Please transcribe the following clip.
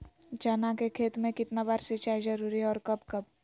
चना के खेत में कितना बार सिंचाई जरुरी है और कब कब?